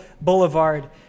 Boulevard